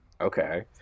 okay